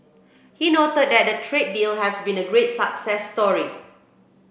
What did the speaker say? he noted that the trade deal has been a great success story